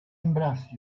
embrace